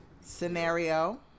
Scenario